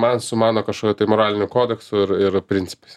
man su mano kažkokiu tai moraliniu kodeksu ir ir principais